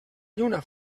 lluna